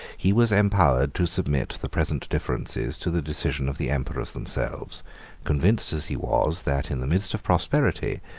he was empowered to submit the present differences to the decision of the emperors themselves convinced as he was, that, in the midst of prosperity,